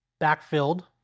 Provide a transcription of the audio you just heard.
backfilled